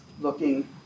looking